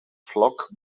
flock